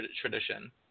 tradition